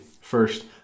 First